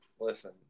Listen